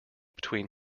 between